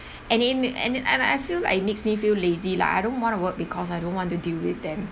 and it and it I feel like it makes me feel lazy lah I don't want to work because I don't want to deal with them